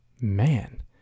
man